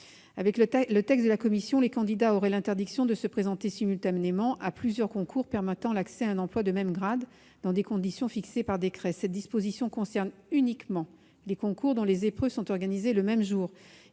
Si le texte de la commission est adopté, les candidats auront l'interdiction de se présenter simultanément à plusieurs concours permettant l'accès à un emploi de même grade, dans des conditions fixées par décret. Je le précise, cette disposition concerne uniquement les concours dont les épreuves sont organisées le même jour.